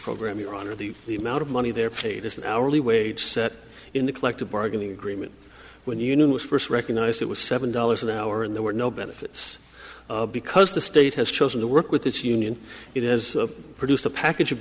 program your honor the the amount of money they're fate is an hourly wage set in the collective bargaining agreement when the union was first recognized it was seven dollars an hour and there were no benefits because the state has chosen to work with this union it is produced a package of